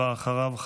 ואחריו,